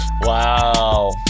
Wow